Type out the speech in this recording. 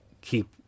keep